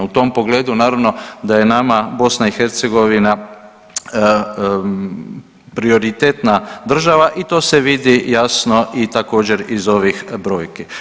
U tom pogledu naravno da je nama BiH prioritetna država i to se vidi jasno i također iz ovih brojki.